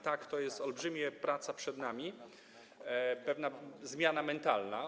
Tak, jest olbrzymia praca przed nami, pewna zmiana mentalna.